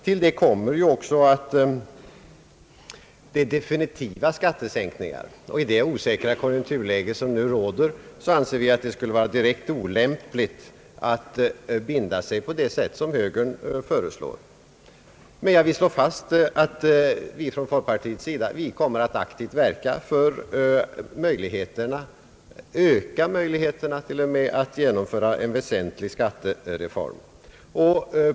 Till det kommer också att de definitiva skattesänkningarna måste ses 1 relation till det osäkra konjunktur läge som nu råder. Enligt vår mening skulle det vara direkt olämpligt att binda sig för definitiva sänkningar på det sätt som högern nu föreslår. Men jag vill slå fast att vi från folkpartiets sida kommer att aktivt verka för möjligheterna, till och med för att öka möjligheterna, att genomföra en väsentlig skattereform.